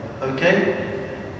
okay